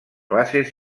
classes